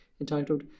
entitled